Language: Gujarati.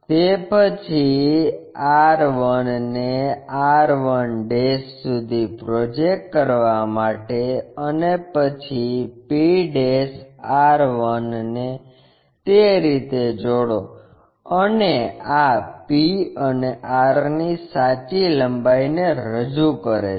તે પછી r1 ને r1 સુધી પ્રોજેક્ટ કરવા માટે અને પછી p r1 તે રીતે જોડો અને આ p અને r ની સાચી લંબાઈને રજૂ કરે છે